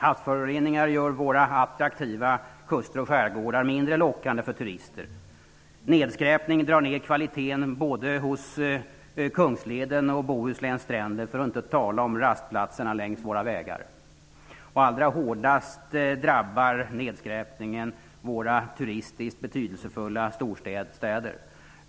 Havsföroreningar gör våra attraktiva kuster och skärgårdar mindre lockande för turister. Nedskräpning drar ned kvaliteten både hos Kungsleden och Bohusläns stränder, för att inte tala om rastplatserna längs våra vägar. Allra hårdats drabbar nedskräpningen våra turistiskt betydelsefulla storstäder.